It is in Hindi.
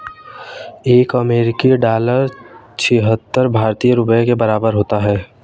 एक अमेरिकी डॉलर छिहत्तर भारतीय रुपये के बराबर होता है